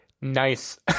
nice